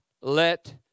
let